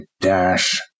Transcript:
dash